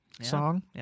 song